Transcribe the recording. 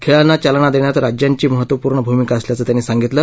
खेळांना चालना देण्यात राज्यांची महत्वपूर्ण भूमिका असल्याचं त्यांनी सांगितलं